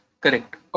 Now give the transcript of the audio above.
correct